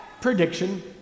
prediction